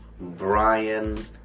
Brian